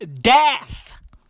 death